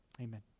Amen